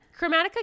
chromatica